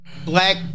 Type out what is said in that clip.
black